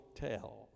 tell